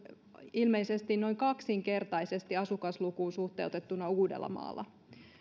ilmeisesti noin kaksinkertaisesti asukaslukuun suhteutettuna uudellamaalla